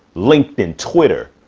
linkedin, twitter,